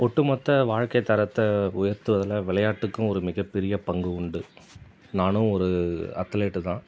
ஒட்டு மொத்த வாழ்க்கை தரத்தை உயர்த்துவதில் விளையாட்டுக்கும் ஒரு மிகப் பெரிய பங்கு உண்டு நானும் ஒரு ஆத்லேட்டு தான்